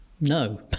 No